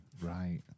Right